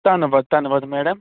ਧੰਨਵਾਦ ਧੰਨਵਾਦ ਮੈਡਮ